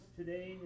today